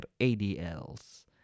ADLs